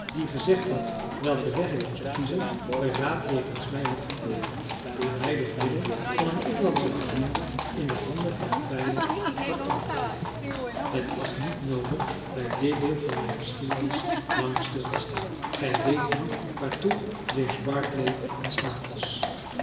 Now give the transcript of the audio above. die gezegd had welken weg ik moest kiezen verraad jegens mij had gepleegd en mij door middel van een inlandschen bediende in de handen van den vijand had overgeleverd illustratie liep ik een zestal van hen regelrecht tegemoet het is niet noodig bij dit deel van mijn geschiedenis langer stil te staan gij weet nu waartoe james barclay in staat was